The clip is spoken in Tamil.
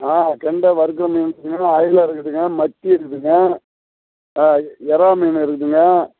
ஆ கெண்டை வறுக்கிற மீன் இல்லைன்னா அயிலா இருக்குதுங்க மச்சி இருக்குதுங்க ஆ இறா மீன் இருக்குதுங்க